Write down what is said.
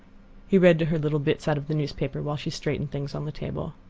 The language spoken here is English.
he read to her little bits out of the newspaper, while she straightened things on the table.